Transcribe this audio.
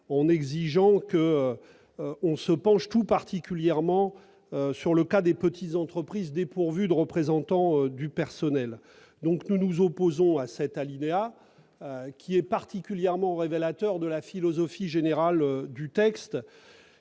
en exigeant que l'on se penche tout particulièrement sur le cas des petites entreprises dépourvues de représentants du personnel. Nous nous opposons à cet alinéa particulièrement révélateur de la philosophie générale du texte,